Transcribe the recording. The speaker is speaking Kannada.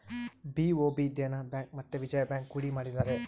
ಬಿ.ಒ.ಬಿ ದೇನ ಬ್ಯಾಂಕ್ ಮತ್ತೆ ವಿಜಯ ಬ್ಯಾಂಕ್ ಕೂಡಿ ಮಾಡಿದರೆ